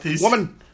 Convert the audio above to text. woman